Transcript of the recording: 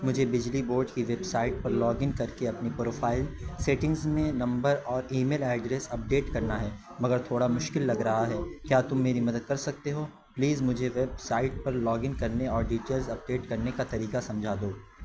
مجھے بجلی بورڈ کی ویب سائٹ پر لاگ ان کر کے اپنی پروفائل سیٹنگس میں نمبر اور ای میل ایڈریس اپڈیٹ کرنا ہے مگر تھوڑا مشکل لگ رہا ہے کیا تم میری مدد کر سکتے ہو پلیز مجھے ویب سائٹ پر لاگ ان کرنے اور ڈیٹیلز اپڈیٹ کرنے کا طریقہ سمجھا دو